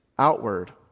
Outward